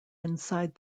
inside